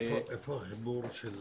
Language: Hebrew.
איפה החיבור של